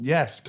Yes